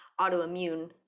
autoimmune